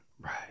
Right